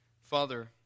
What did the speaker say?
Father